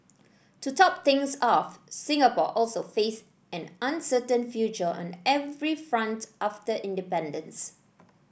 to top things off Singapore also faced an uncertain future on every front after independence